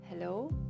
Hello